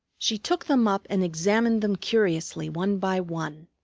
she took them up and examined them curiously one by one.